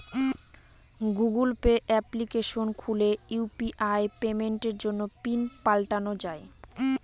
Google Pay application খুলে UPI পেমেন্টের জন্য পিন পাল্টানো যাই